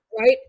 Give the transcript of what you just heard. Right